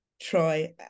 try